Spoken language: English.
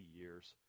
years